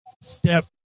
step